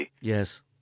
Yes